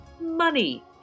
money